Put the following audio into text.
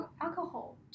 alcohol